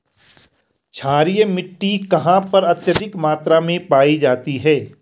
क्षारीय मिट्टी कहां पर अत्यधिक मात्रा में पाई जाती है?